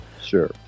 Sure